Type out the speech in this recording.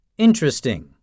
Interesting